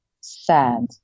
sad